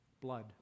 blood